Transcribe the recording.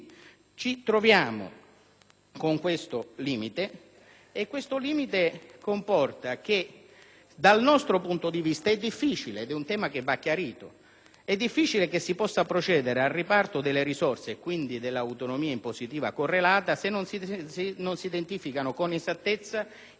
con questo limite che comporta che, dal nostro punto di vista, è difficile (ed è un tema che va chiarito) poter procedere al riparto delle risorse, e quindi dell'autonomia impositiva correlata, se non si identificano con chiarezza i livelli essenziali delle prestazioni (ad esempio